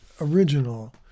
original